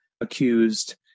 accused